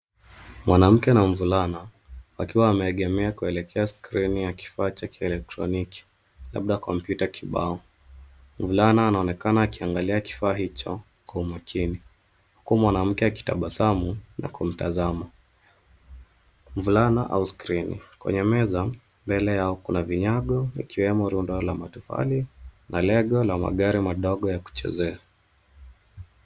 Mwanamke na mvulana, wakiwa wameegemea kuelekea skrini ya kifaa cha kielektroniki, labda kompyuta kibao. Mvulana anaonekana kuangalia kifaa hicho kwa umakini huku mwanamke akitabasamu na kumtazama mvulana au skrini. Kwenye meza, mbele yao kuna vinyago vikiwemo rundo la matofari na lego ya magari madogo ya kuchezea.